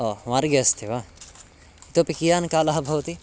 ओ मार्गे अस्ति वा इतोपि कियान् कालः भवति